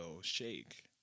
shake